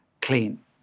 clean